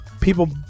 people